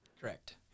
Correct